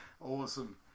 Awesome